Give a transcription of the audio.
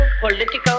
political